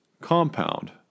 compound